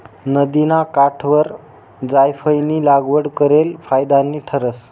नदिना काठवर जायफयनी लागवड करेल फायदानी ठरस